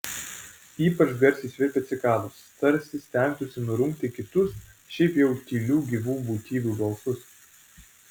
ypač garsiai svirpia cikados tarsi stengtųsi nurungti kitus šiaip jau tylių gyvų būtybių balsus